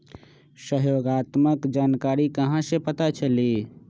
सहयोगात्मक जानकारी कहा से पता चली?